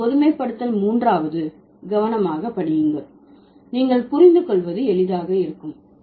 எனவே பொதுமைப்படுத்தல் 3வது கவனமாக படியுங்கள் நீங்கள் புரிந்து கொள்வது எளிதாக இருக்கும்